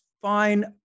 fine